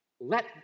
let